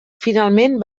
finalment